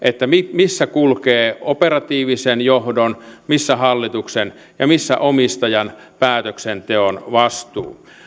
missä kulkee operatiivisen johdon missä hallituksen ja missä omistajan päätöksenteon vastuu